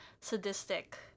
sadistic